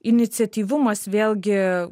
iniciatyvumas vėlgi